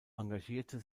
engagierte